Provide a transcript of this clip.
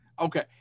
Okay